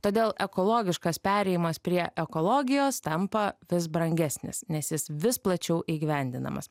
todėl ekologiškas perėjimas prie ekologijos tampa vis brangesnis nes jis vis plačiau įgyvendinamas